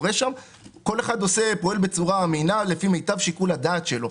כל אחד פועל בצורה אמינה לפי מיטב שיקול הדעת שלו.